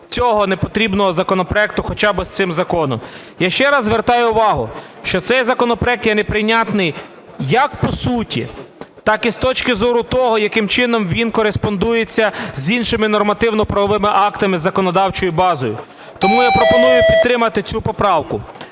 цього непотрібного законопроекту хоча би з цим законом. Я ще раз звертаю увагу, що цей законопроект є неприйнятний як по суті, так і з точки зору того, яким чином він кореспондується з іншими нормативно-правовими актами, із законодавчою базою, тому я пропоную підтримати цю поправку.